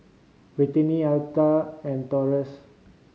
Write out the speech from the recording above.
Britany Altha and Taurus